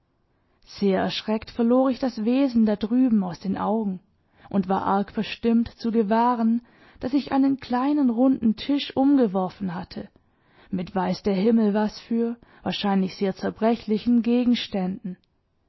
sehr erschreckt verlor ich das wesen da drüben aus den augen und war arg verstimmt zu gewahren daß ich einen kleinen runden tisch umgeworfen hatte mit weiß der himmel was für wahrscheinlich sehr zerbrechlichen gegenständen